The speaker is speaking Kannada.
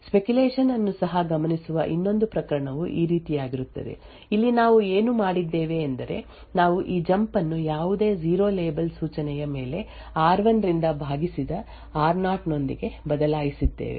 ಸ್ಪೆಕ್ಯುಲೇಶನ್ ಅನ್ನು ಸಹ ಗಮನಿಸುವ ಇನ್ನೊಂದು ಪ್ರಕರಣವು ಈ ರೀತಿಯಾಗಿರುತ್ತದೆ ಇಲ್ಲಿ ನಾವು ಏನು ಮಾಡಿದ್ದೇವೆ ಎಂದರೆ ನಾವು ಈ ಜಂಪ್ ಅನ್ನು ಯಾವುದೇ 0 ಲೇಬಲ್ ಸೂಚನೆಯ ಮೇಲೆ ಆರ್1 ರಿಂದ ಭಾಗಿಸಿದ ಆರ್ ನೊಂದಿಗೆ ಬದಲಾಯಿಸಿದ್ದೇವೆ